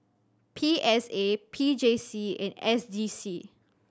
P S A P J C and S D C